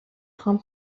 خوام